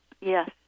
Yes